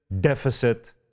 deficit